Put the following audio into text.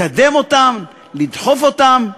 לקדם אותם, לדחוף אותם,